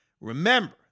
remember